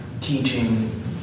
teaching